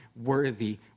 worthy